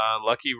lucky